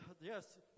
Yes